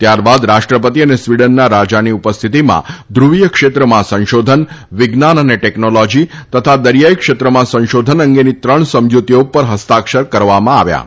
ત્યારબાદ રાષ્ટ્રપતિ અને સ્વીડનના રાજાની ઉપસ્થિતિમાં ધુવીય ક્ષેત્રમાં સંશોધન વિજ્ઞાન અને ટેકનોલોજી તથા દરિયાઇ ક્ષેત્રમાં સંશોધન અંગેની ત્રણ સમજુતીઓ ઉપર ફસ્તાક્ષર કરવામાં આવ્યા હતા